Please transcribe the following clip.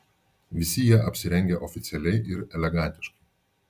visi jie apsirengę oficialiai ir elegantiškai